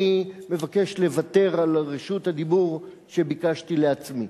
אני מבקש לוותר על רשות הדיבור שביקשתי לעצמי.